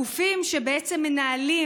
הגופים שבעצם מנהלים